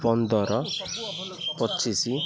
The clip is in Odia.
ପନ୍ଦର ପଚିଶି